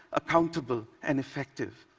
accountable and effective,